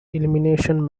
elimination